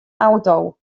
auto